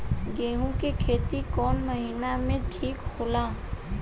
गेहूं के खेती कौन महीना में ठीक होला?